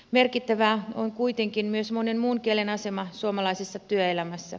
merkittävä on kuitenkin myös monen muun kielen asema suomalaisessa työelämässä